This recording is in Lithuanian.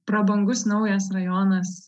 prabangus naujas rajonas